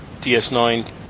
DS9